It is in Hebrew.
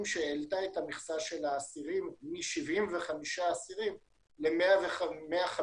שהעלתה את המכסה של האסירים מ-75 אסירים ל-150.